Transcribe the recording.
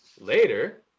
Later